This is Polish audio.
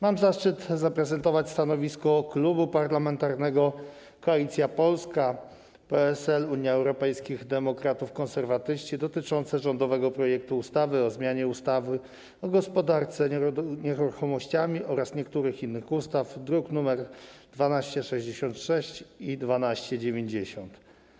Mam zaszczyt zaprezentować stanowisko Klubu Parlamentarnego Koalicja Polska - PSL, Unia Europejskich Demokratów, Konserwatyści dotyczące rządowego projektu ustawy o zmianie ustawy o gospodarce nieruchomościami oraz niektórych innych ustaw, druki nr 1266 i 1290.